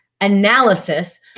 analysis